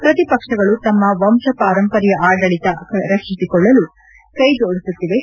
head ಶ್ರತಿ ಪಕ್ಷಗಳು ತಮ್ಮ ವಂಶ ಪಾರಂಪರ್ಕ ಆಡಳಿತ ರಕ್ಷಿಸಿಕೊಳ್ಳಲು ಕೈ ಜೋಡಿಸುತ್ತಿವೆ